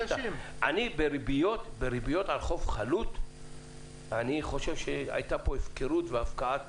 בריביות על חוב חלוט אני חושב שהייתה פה הפקרות והפקעת